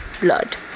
blood